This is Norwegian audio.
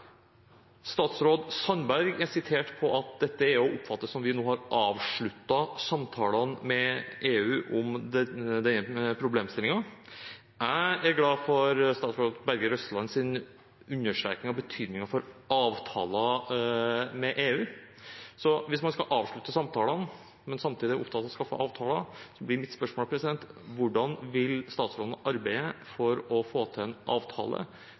Statsråd Sandberg er sitert på at dette er å oppfatte som at vi nå har avsluttet samtalene med EU om denne problemstillingen. Jeg er glad for statsråd Berger Røslands understreking av betydningen av avtaler med EU, så hvis man skal avslutte samtalene, men samtidig er opptatt av å skaffe avtaler, blir mitt spørsmål: Hvordan vil statsråden arbeide for å få til en avtale